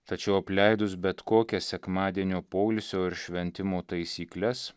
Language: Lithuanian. tačiau apleidus bet kokias sekmadienio poilsio ir šventimo taisykles